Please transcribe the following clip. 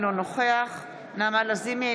אינו נוכח נעמה לזימי,